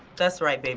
that's right, baby.